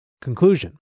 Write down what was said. Conclusion